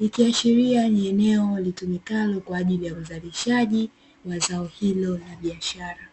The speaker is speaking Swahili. ikiashiria ni eneo litumikalo kwa ajili ya uzalishaji wa zao hilo la biashara.